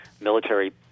military